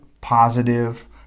positive